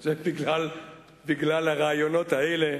זה בגלל הראיונות האלה,